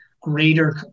greater